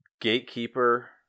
Gatekeeper